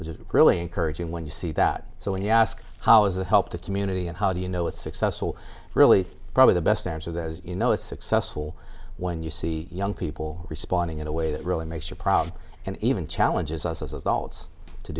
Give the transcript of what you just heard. which is really encouraging when you see that so when you ask how is it help the community and how do you know it's successful really probably the best answer that as you know is successful when you see young people responding in a way that really makes you proud and even challenges us as adults to